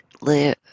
live